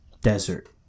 desert